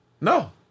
No